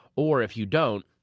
or if you don't,